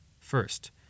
First